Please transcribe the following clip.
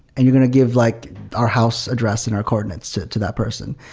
you're going to give like our house address and our coordinates to to that person.